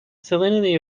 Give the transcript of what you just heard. salinity